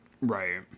right